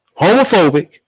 homophobic